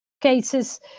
cases